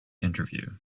interview